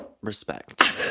respect